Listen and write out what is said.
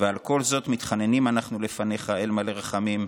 ועל כל זאת מתחננים אנחנו לפניך, אל מלא רחמים,